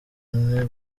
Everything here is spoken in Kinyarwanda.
umwe